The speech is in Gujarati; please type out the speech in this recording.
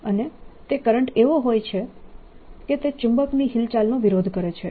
અને તે કરંટ એવો હોય છે કે તે ચુંબકની હિલચાલનો વિરોધ કરે છે